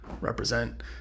represent